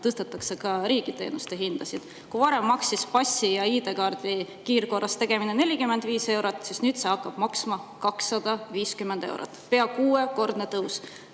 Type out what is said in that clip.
tõstetakse ka riigi teenuste hindasid. Varem maksis passi ja ID-kaardi kiirkorras tegemine 45 eurot, nüüd hakkab see maksma 250 eurot. Pea kuuekordne tõus!